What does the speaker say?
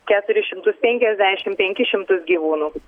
keturis šimtus penkiasdešimt penkis šimtus gyvūnų